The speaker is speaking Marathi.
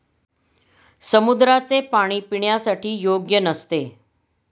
समुद्राचे पाणी पिण्यासाठी योग्य नसते